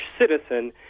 citizen